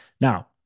Now